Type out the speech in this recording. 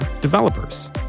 developers